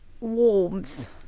wolves